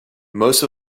most